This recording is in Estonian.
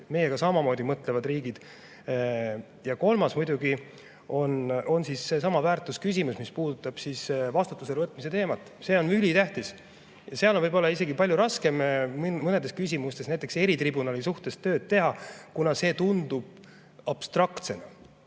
meiega samamoodi mõtlevad riigid. Ja kolmas muidugi on seesama väärtusküsimus, mis puudutab vastutusele võtmise teemat. See on ülitähtis. Seal on võib-olla isegi palju raskem mõnedes küsimustes, näiteks eritribunali teemal tööd teha, kuna see tundub abstraktsena.